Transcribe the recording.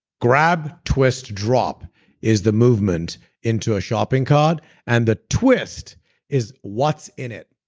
grab, twist, drop is the movement into a shopping cart and the twist is, what's in it?